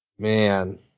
Man